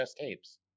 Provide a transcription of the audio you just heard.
tapes